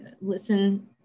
listen